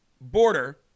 border